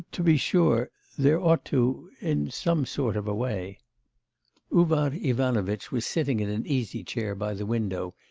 to be sure. there ought to. in some sort of a way uvar ivanovitch was sitting in an easy chair by the window,